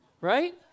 right